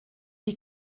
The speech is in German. die